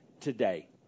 today